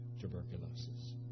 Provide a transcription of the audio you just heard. tuberculosis